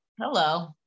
hello